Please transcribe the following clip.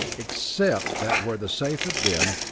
except that where the safe had been,